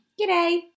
G'day